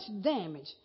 damage